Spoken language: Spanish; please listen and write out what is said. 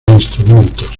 instrumentos